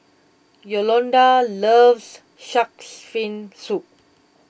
Yolonda loves Shark's Fin Soup